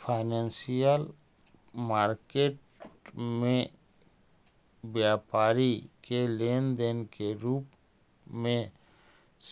financial market में व्यापारी के लेन देन के रूप में